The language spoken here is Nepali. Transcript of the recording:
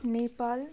नेपाल